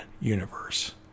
universe